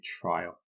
trial